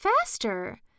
Faster